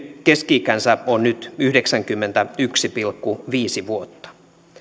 keski ikänsä on nyt yhdeksänkymmentäyksi pilkku viisi vuotta